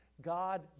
God